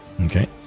okay